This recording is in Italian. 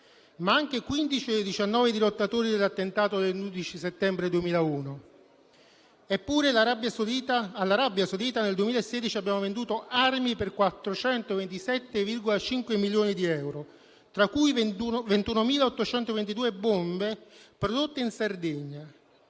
ma anche 15 dei 19 dirottatori dell'attentato dell'11 settembre 2001. Eppure all'Arabia Saudita nel 2016 abbiamo venduto armi per 427,5 milioni di euro, tra cui 21.822 bombe prodotte in Sardegna;